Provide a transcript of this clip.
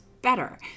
better